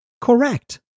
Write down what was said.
Correct